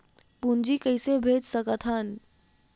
पूंजी कइसे भेज सकत हन?